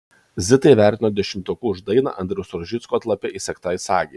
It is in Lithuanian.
zitą įvertino dešimtuku už dainą andriaus rožicko atlape įsegtai sagei